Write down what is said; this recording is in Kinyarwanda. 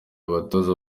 abatoza